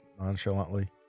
nonchalantly